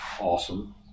awesome